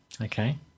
Okay